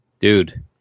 Dude